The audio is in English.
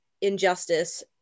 injustice